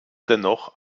dennoch